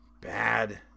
bad